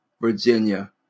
Virginia